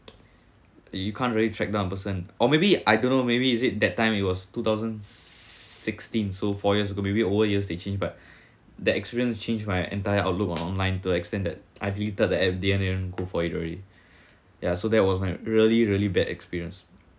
you can't really tracked down the person or maybe I don't know maybe is it that time it was two thousand sixteen so four years ago maybe over years they changed but that experience change my entire outlook on online to extend that I deleted the go for it already ya so that was my really really bad experience